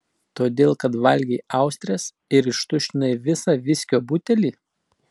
todėl kad valgei austres ir ištuštinai visą viskio butelį